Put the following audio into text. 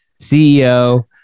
CEO